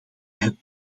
het